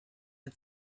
der